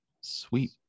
sweet